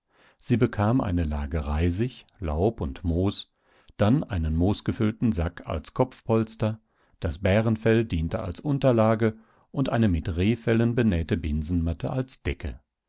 sie bekam eine lage reisig laub und moos dann einen moosgefüllten sack als kopfpolster das bärenfell diente als unterlage und eine mit rehfellen benähte binsenmatte als decke